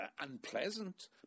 unpleasant